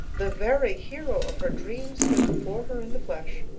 the very hero of her dreams stood before her in the flesh.